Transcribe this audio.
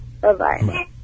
Bye-bye